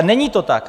Není to tak!